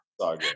Sorry